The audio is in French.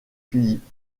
philippe